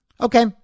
Okay